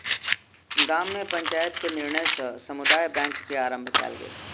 गाम में पंचायत के निर्णय सॅ समुदाय बैंक के आरम्भ कयल गेल